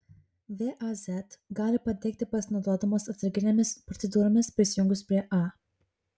vaz gali pateikti pasinaudodamos atsarginėmis procedūromis prisijungus prie a